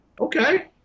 okay